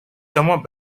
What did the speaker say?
somewhat